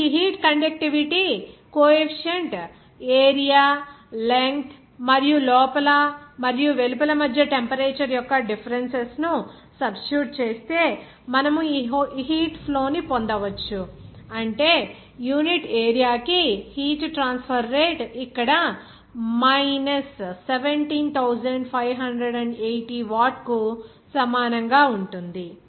ఇప్పుడు ఈ heat conductivity coefficient area length మరియు లోపల మరియు వెలుపల మధ్య టెంపరేచర్ యొక్క డిఫరెన్సెస్ ను సబ్స్టిట్యూట్ చేస్తే మనము ఈ హీట్ ఫ్లో ని పొందవచ్చు అంటే యూనిట్ ఏరియా కి హీట్ ట్రాన్స్ఫర్ రేటు ఇక్కడ మైనస్ 17580 వాట్ కు సమానంగా ఉంటుంది